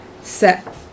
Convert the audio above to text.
set